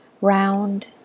round